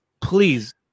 please